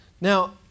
Now